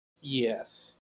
Yes